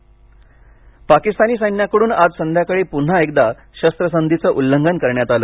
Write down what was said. शस्त्र संधी पाकिस्तानी सैन्याकडून आज संध्याकाळी पुन्हा एकदा शस्त्रसंधीचं उल्लंघन करण्यात आलं